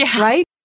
right